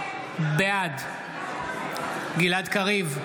בעד גלעד קריב,